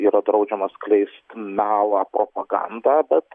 yra draudžiama skleist melą propagandą bet